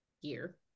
year